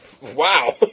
Wow